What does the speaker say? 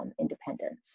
independence